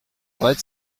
retz